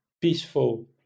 peaceful